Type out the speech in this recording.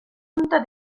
junta